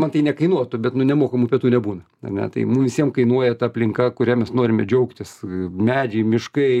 man tai nekainuotų bet nu nemokamų pietų nebūna ar ne tai mum visiem kainuoja ta aplinka kuria mes norime džiaugtis medžiai miškai